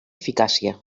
eficàcia